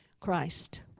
Christ